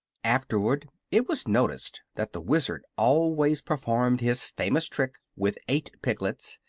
afterward it was noticed that the wizard always performed his famous trick with eight piglets,